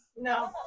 no